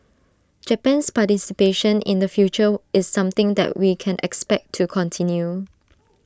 Japan's participation in the future is something that we can expect to continue